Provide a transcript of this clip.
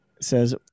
says